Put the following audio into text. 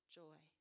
joy